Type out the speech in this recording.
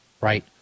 right